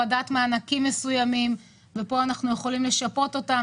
מיני נזקים ופה אנחנו יכולים לשפות אותם,